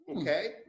okay